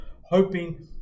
hoping